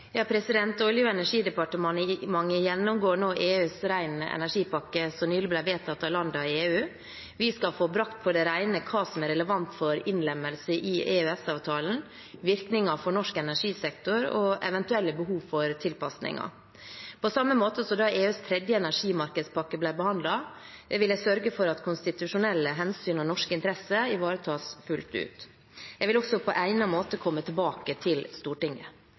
Olje- og energidepartementet gjennomgår nå EUs ren energipakke, som nylig ble vedtatt av landene i EU. Vi skal få brakt på det rene hva som er relevant for innlemmelse i EØS-avtalen, virkninger for norsk energisektor og eventuelle behov for tilpasninger. På samme måte som da EUs tredje energimarkedspakke ble behandlet, vil jeg sørge for at konstitusjonelle hensyn og norske interesser ivaretas fullt ut. Jeg vil også på egnet måte komme tilbake til Stortinget.